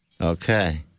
Okay